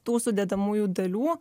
tų sudedamųjų dalių